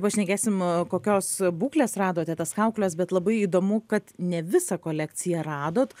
pašnekėsim kokios būklės radote tas kaukoles bet labai įdomu kad ne visą kolekciją radot